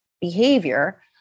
behavior